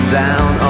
down